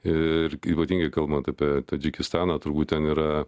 ir ypatingai kalbant apie tadžikistaną turbūt ten yra